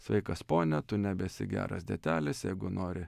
sveikas pone tu nebesi geras dėtelis jeigu nori